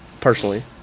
personally